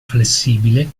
flessibile